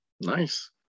Nice